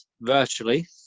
virtually